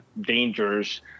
dangers